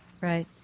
right